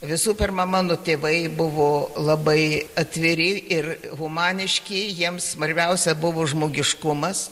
visų pirma mano tėvai buvo labai atviri ir humaniški jiems svarbiausia buvo žmogiškumas